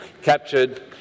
captured